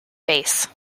face